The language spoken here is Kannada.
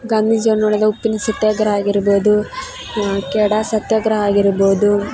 ಗಾಂಧೀಜಿಯವ್ರು ಮಾಡಿದ ಉಪ್ಪಿನ ಸತ್ಯಾಗ್ರಹ ಆಗಿರ್ಬೋದು ಕೆಡಾ ಸತ್ಯಾಗ್ರಹ ಆಗಿರ್ಬೋದು